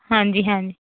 ਹਾਂਜੀ ਹਾਂਜੀ